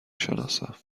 شناسم